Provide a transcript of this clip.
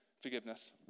forgiveness